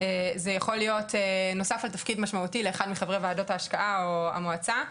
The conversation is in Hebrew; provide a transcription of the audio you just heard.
זה יכול להיות נוסף לתפקיד משמעותי לאחד מחברי ועדות ההשקעה או המועצה,